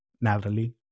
Natalie